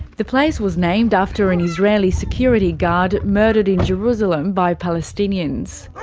the place was named after an israeli security guard murdered in jerusalem by palestinians.